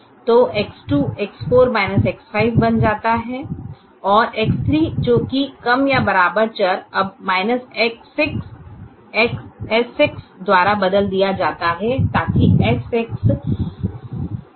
तो X2 यह X4 X5 बन जाता है और X3 जो कि कम या बराबर चर अब X6 द्वारा बदल दिया गया है ताकि X6 ≥ 0 हो